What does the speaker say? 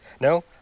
No